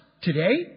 today